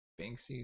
Banksy